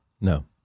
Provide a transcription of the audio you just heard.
No